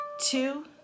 two